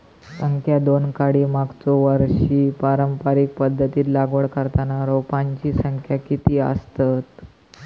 संख्या दोन काडी मागचो वर्षी पारंपरिक पध्दतीत लागवड करताना रोपांची संख्या किती आसतत?